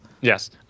Yes